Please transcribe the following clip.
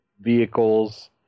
vehicles